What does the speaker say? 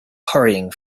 hurrying